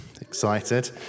excited